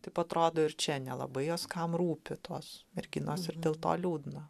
taip atrodo ir čia nelabai jos kam rūpi tos merginos ir dėl to liūdna